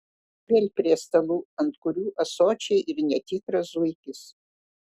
vėl prie stalų ant kurių ąsočiai ir netikras zuikis